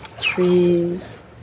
trees